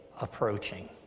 approaching